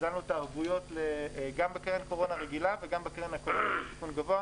הגדלנו את הערבויות גם בקרן קורונה רגילה וגם בקרן של הסיכון הגבוה,